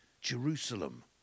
Jerusalem